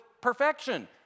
perfection